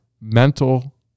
mental